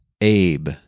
Abe